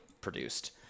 produced